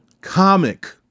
Comic